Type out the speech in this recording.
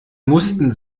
mussten